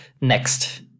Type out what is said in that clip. next